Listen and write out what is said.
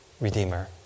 redeemer